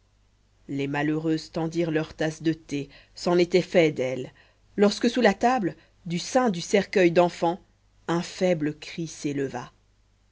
les malheureuses tendirent leurs tasses de thé c'en était fait d'elles lorsque sous la table du sein du cercueil d'enfant un faible cri s'éleva